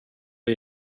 det